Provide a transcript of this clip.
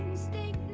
state